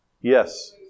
Yes